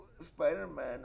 Spider-Man